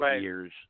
years